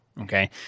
okay